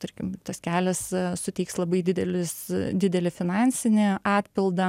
tarkim tas kelias suteiks labai didelius didelį finansinį atpildą